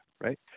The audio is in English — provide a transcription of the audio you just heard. right